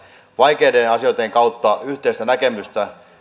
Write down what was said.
vaikeiden asioitten kautta yhteistä näkemystä